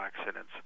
accidents